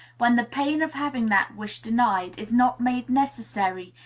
when the pain of having that wish denied is not made necessary,